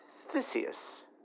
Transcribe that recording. Theseus